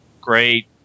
great